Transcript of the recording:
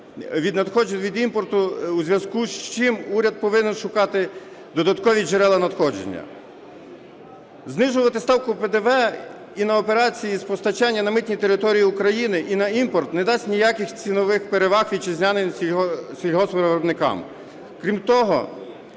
надходжень від імпорту, у зв'язку з чим уряд повинен шукати додаткові джерела надходження. Знижувати ставку ПДВ і на операції з постачання на митній території України і на імпорт не дасть ніяких цінових переваг вітчизняним сільгоспвиробникам. Крім того,